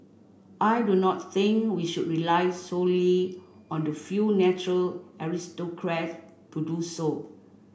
I do not think we should rely solely on the few natural aristocrats to do so